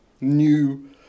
new